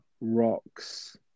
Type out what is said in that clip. rocks